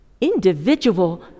individual